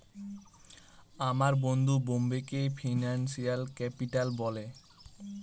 আমার বন্ধু বোম্বেকে ফিনান্সিয়াল ক্যাপিটাল বলে